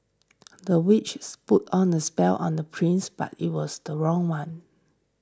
the witches put on a spell on the prince but it was the wrong one